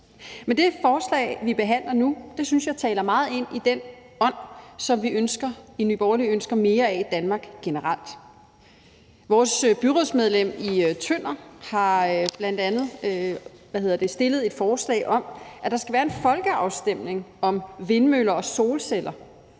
Men det forslag, vi behandler nu, synes jeg taler meget ind i den ånd, som vi i Nye Borgerlige ønsker mere af i Danmark generelt. Vores byrådsmedlem i Tønder har bl.a. stillet et forslag om, at der skal være en folkeafstemning om vindmøller og solceller